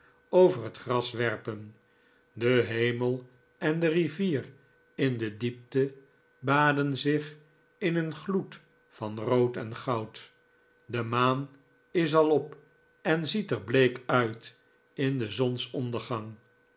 over het gras werpen de hemel en de rivier in de diepte baden zich in een gloed van rood en goud de maan is al op en ziet er bleek uit in den zonsondergang